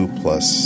plus